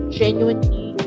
genuinely